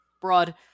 broad